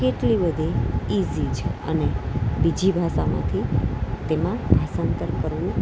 કેટલી બધી ઇઝી છે અને બીજી ભાષામાંથી તેમાં ભાષાંતર કરવું